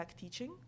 teaching